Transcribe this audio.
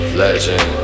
legend